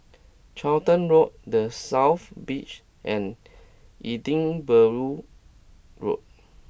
Charlton Road The South Beach and Edinburgh Road